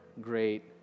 great